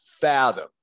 fathom